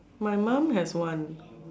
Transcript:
my mum has one